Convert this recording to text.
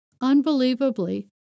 Unbelievably